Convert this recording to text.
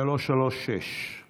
שאילתה מס' 336,